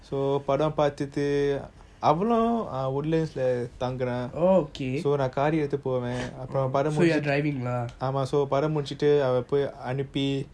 oh okay so you are driving lah